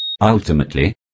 Ultimately